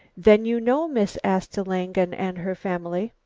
then you know miss asta langen and her family?